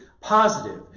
positive